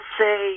say